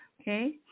Okay